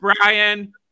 Brian